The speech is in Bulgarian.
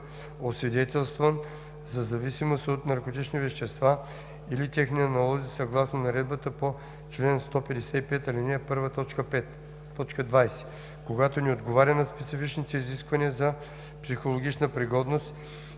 освидетелстван за зависимост от наркотични вещества или техни аналози съгласно наредбата по чл. 155, ал. 1, т. 5; 20. когато не отговаря на специфичните изисквания за психологична пригодност